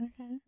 Okay